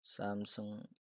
Samsung